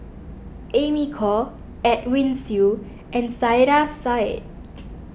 Amy Khor Edwin Siew and Saiedah Said